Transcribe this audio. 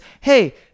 hey